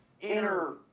inner